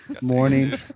Morning